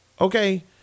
Okay